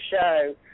show